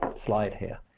slide here.